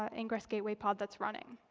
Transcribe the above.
ah ingress gateway pod that's running.